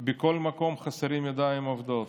בכל מקום חסרות ידיים עובדות.